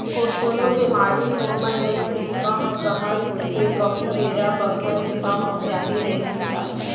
कोनो बेमारी होये म हेल्थ बीमा ह कव्हर होथे कहूं बेरा बखत बीमा हो जाही रइही ता